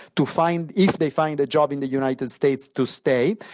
to find, if they find a job in the united states, to stay.